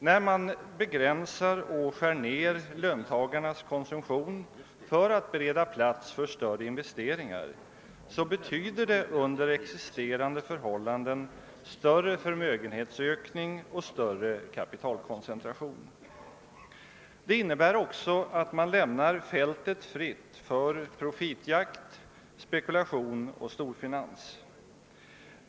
När man begränsar och skär ner löntagarnas konsumtion för att bereda plats för större investeringar betyder det under existerande förhållanden större förmögenhetsökning och större kapitalkoncentration. Det innebär också att man lämnar fältet fritt för profitjakt, spekulation och storfinans.